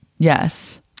Yes